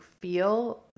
feel